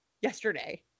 yesterday